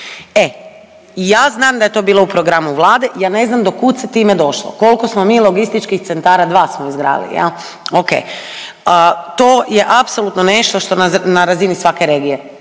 E i ja znam da je to bilo u programu Vlade, ja ne znam do kud se time došlo koliko smo mi logističkih centara, 2 smo izgradili jel, ok. To je apsolutno nešto što na razini svake regije